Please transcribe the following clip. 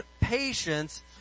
patience